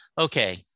okay